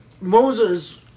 Moses